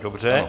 Dobře.